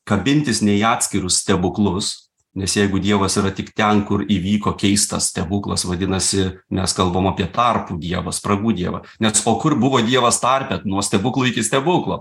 kabintis ne į atskirus stebuklus nes jeigu dievas yra tik ten kur įvyko keistas stebuklas vadinasi mes kalbam apie tarpų dievą spragų dievą nes o kur buvo dievas tarpe nuo stebuklo iki stebuklo